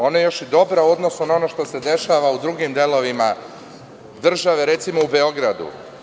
Ona je još i dobra u odnosu na ono što se dešava u drugim delovima države, recimo u Beogradu.